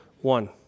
one